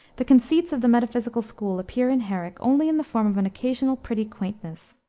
the conceits of the metaphysical school appear in herrick only in the form of an occasional pretty quaintness.